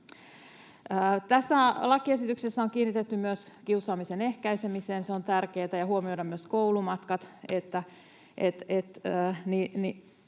Tässä lakiesityksessä on kiinnitetty huomiota myös kiusaamisen ehkäisemiseen, mikä on tärkeätä, ja huomioidaan myös koulumatkoilla